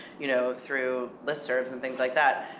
you know, through listeners, and things like that.